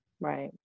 Right